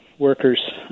workers